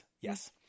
Yes